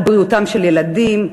על בריאותם של ילדים,